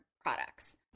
products